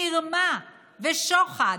מרמה ושוחד.